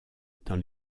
dans